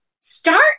start